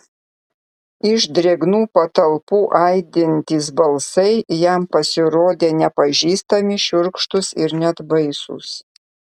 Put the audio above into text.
iš drėgnų patalpų aidintys balsai jam pasirodė nepažįstami šiurkštūs ir net baisūs